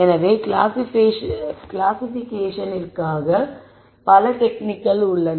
எனவே கிளாசிபிகேஷனிற்காக பல டெக்னிக்கள் உள்ளன